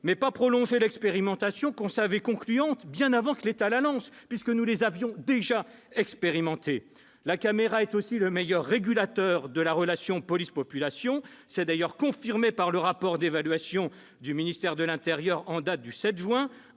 non de prolonger l'expérimentation que l'on savait concluante bien avant que l'État ne la lance, puisque nous l'avions mise en oeuvre depuis longtemps. La caméra est aussi le meilleur régulateur de la relation police-population. C'est d'ailleurs confirmé par le rapport d'évaluation du ministère de l'intérieur en date du 7 juin